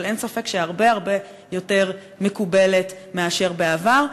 אבל אין ספק שהיא הרבה יותר מקובלת מאשר בעבר.